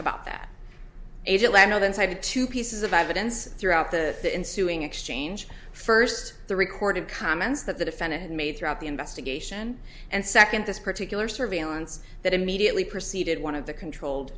about that agent leno then cited two pieces of evidence throughout the ensuing exchange first the record of comments that the defendant made throughout the investigation and second this particular surveillance that immediately preceded one of the controlled